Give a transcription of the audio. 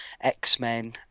X-Men